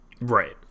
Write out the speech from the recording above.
Right